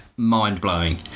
mind-blowing